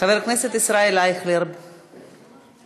חבר הכנסת ישראל אייכלר, בבקשה,